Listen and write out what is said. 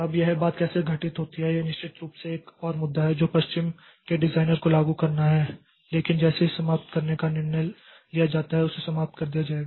अब यह बात कैसे घटित होती है यह निश्चित रूप से एक और मुद्दा है जो पश्चिम के डिजाइनर को लागू करना है लेकिन जैसे ही समाप्त करने का निर्णय लिया जाता है उसे समाप्त कर दिया जाएगा